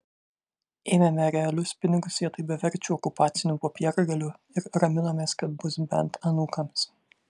ėmėme realius pinigus vietoj beverčių okupacinių popiergalių ir raminomės kad bus bent anūkams